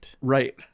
Right